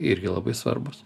irgi labai svarbūs